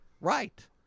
Right